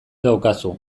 daukazu